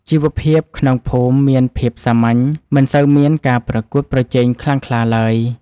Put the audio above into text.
ជីវភាពក្នុងភូមិមានភាពសាមញ្ញ មិនសូវមានការប្រកួតប្រជែងខ្លាំងក្លាឡើយ។